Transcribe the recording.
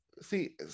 see